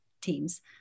teams